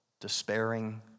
despairing